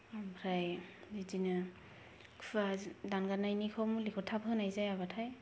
ओमफ्राय बिदिनो खुवा दानगारनायनिखौ मुलिखौ थाब होनाय जायाबाथाय